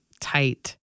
tight